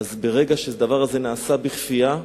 אז ברגע שהדבר הזה נעשה בכפייה,